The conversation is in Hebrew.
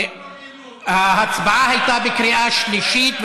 ההצבעה הייתה בקריאה שלישית,